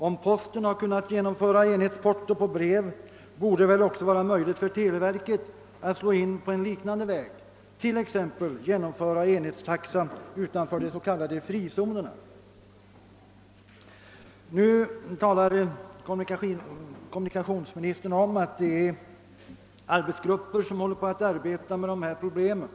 Om posten har kunnat genomföra enhetsporto på brev, borde det också vara möjligt för televerket att gå en liknande väg och t.ex. genomföra enhetstaxa utanför de s.k. frizonerna. Nu talade kommunikationsministern om att det finns arbetsgrupper som håller på med de här problemen.